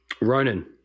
Ronan